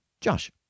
Josh